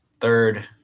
third